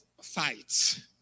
fights